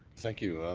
thank you.